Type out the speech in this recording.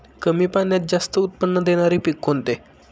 कमी पाण्यात जास्त उत्त्पन्न देणारे पीक कोणते?